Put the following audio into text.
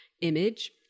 image